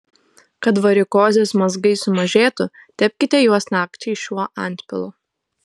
kad varikozės mazgai sumažėtų tepkite juos nakčiai šiuo antpilu